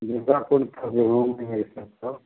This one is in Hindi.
विवाह कुंड कर रहे होंगे यह सब तो